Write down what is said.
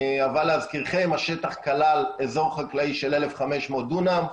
אבל להזכירכם, השטח כלל אזור חקלאי של 1,500 דונם.